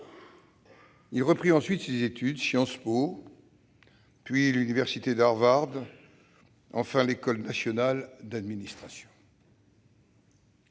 Il reprit alors ses études : Sciences Po, puis l'université d'Harvard, enfin l'École nationale d'administration.